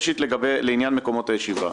לעניין מקומות הישיבה.